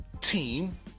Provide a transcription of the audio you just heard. team